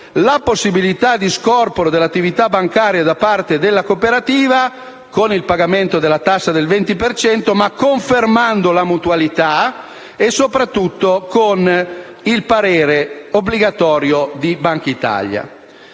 la possibilità di scorporo dell'attività bancaria da parte della cooperativa con il pagamento della tassa del 20 per cento, confermando però la mutualità, e soprattutto con il parere obbligatorio di Bankitalia.